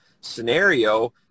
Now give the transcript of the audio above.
scenario